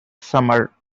summer